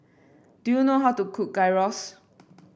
do you know how to cook Gyros